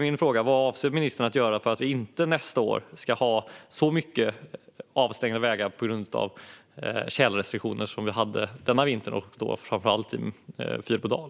Min fråga är: Vad avser ministern att göra för att vi inte nästa år ska ha så många avstängda vägar på grund av tjälrestriktioner som vi hade denna vinter, framför allt i Fyrbodal?